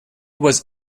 was